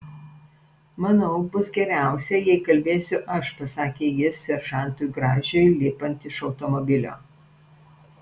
manau bus geriausia jei kalbėsiu aš pasakė jis seržantui gražiui lipant iš automobilio